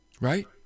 Right